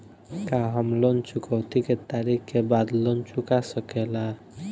का हम लोन चुकौती के तारीख के बाद लोन चूका सकेला?